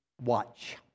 watch